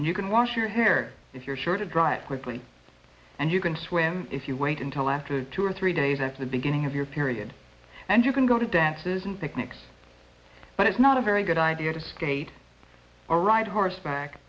and you can wash your hair if you're sure to dry it quickly and you can swim if you wait until after two or three days at the beginning of your period and you can go to dances and picnics but it's not a very good idea to skate or ride horseback